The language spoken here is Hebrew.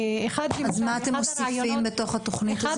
אז מה אתם מוסיפים בתוך התוכנית הזו?